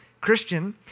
Christian